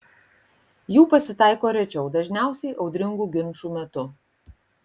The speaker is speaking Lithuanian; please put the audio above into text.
jų pasitaiko rečiau dažniausiai audringų ginčų metu